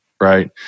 Right